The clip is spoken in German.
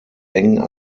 eng